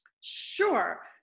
Sure